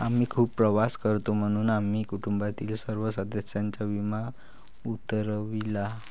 आम्ही खूप प्रवास करतो म्हणून आम्ही कुटुंबातील सर्व सदस्यांचा विमा उतरविला